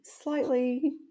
slightly